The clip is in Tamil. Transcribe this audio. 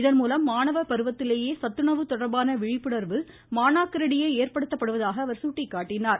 இதன்மூலம் மாணவர் பருவத்திலேயே சத்துணவு தொடர்பான விழிப்புணர்வு மாணாக்கரிடையே ஏற்படுத்தப்படுவதாக அவர் சுட்டிக்காட்டினார்